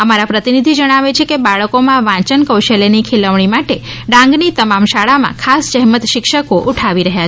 અમારા પ્રતિનિધિ જણાવે છે કે બાળકો માં વાંચન કૌશલ્ય ની ખીલવણી માટે ડાંગ ની તમામ શાળા માં ખાસ જહેમત શિક્ષકો ઉઠાવી રહ્યા છે